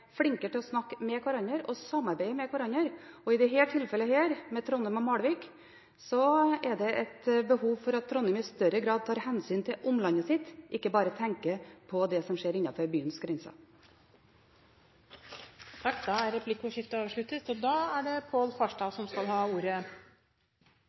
til å snakke med hverandre og samarbeide med hverandre, og i dette tilfellet, med Trondheim og Malvik, er det behov for at Trondheim i større grad tar hensyn til omlandet sitt, ikke bare tenker på det som skjer innenfor byens grenser. Replikkordskiftet er dermed omme. Takk til saksordføreren for en god og balansert gjennomgang av saken. Etter annen verdenskrig er